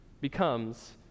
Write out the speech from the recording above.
becomes